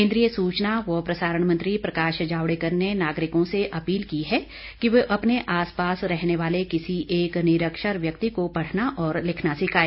केन्द्रीय सूचना व प्रसारण मंत्री प्रकाश जावड़ेकर ने नागरिकों से अपील की है कि वह अपने आस पास रहने वाले किसी एक निरक्षर व्यक्ति को पढ़ना और लिखना सिखाए